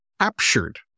captured